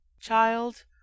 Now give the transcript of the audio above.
Child